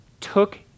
took